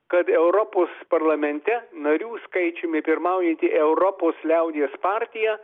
kad europos parlamente narių skaičiumi pirmaujanti europos liaudies partija